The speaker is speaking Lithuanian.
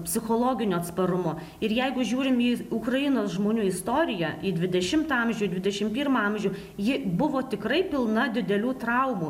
psichologiniu atsparumu ir jeigu žiūrim į ukrainos žmonių istoriją į dvidešimtą amžių į dvidešim pirmą amžių ji buvo tikrai pilna didelių traumų